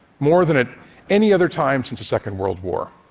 more than at any other time since the second world war.